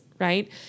right